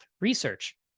research